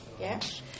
Yes